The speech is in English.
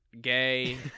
gay